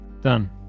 Done